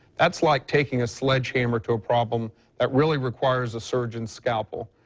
that's like taking a sledge hammer to a problem that really requires a surgeon's scalpel.